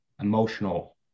emotional